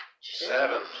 Seven